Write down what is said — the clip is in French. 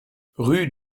rue